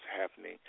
happening